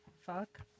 fuck